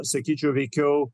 sakyčiau veikiau